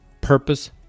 purpose